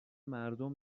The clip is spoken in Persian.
مردم